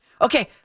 Okay